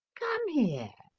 come here!